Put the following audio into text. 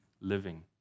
living